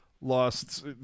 lost